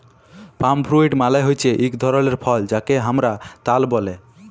পাম fruit মালে হচ্যে এক ধরলের ফল যাকে হামরা তাল ব্যলে